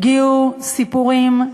הגיעו סיפורים,